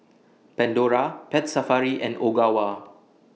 Pandora Pet Safari and Ogawa